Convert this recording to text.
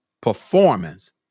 performance